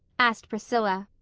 asked priscilla.